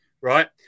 right